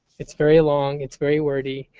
it's very long. it's very wordy.